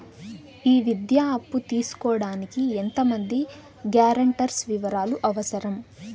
ఈ విద్యా అప్పు తీసుకోడానికి ఎంత మంది గ్యారంటర్స్ వివరాలు అవసరం?